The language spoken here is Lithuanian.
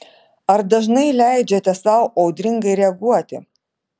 ar dažnai leidžiate sau audringai reaguoti